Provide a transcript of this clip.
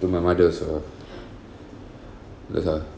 to my mother also ah cause ah